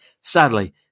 Sadly